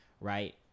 right